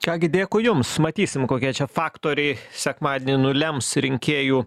ką gi dėkui jums matysim kokie čia faktoriai sekmadienį nulems rinkėjų